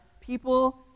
people